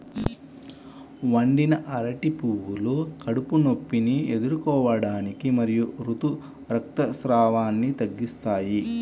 వండిన అరటి పువ్వులు కడుపు నొప్పిని ఎదుర్కోవటానికి మరియు ఋతు రక్తస్రావాన్ని తగ్గిస్తాయి